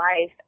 life